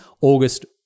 August